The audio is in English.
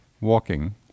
walking